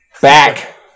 Back